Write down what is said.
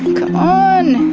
c'mon,